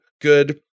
good